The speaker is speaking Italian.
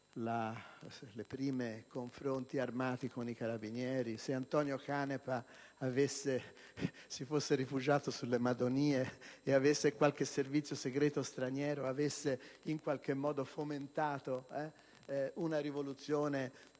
i primi confronti armati con i carabinieri, se Antonio Canepa si fosse rifugiato sulle Madonie e qualche servizio segreto straniero avesse in qualche modo fomentato una rivoluzione vittoriosa